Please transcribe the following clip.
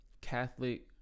Catholic